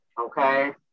Okay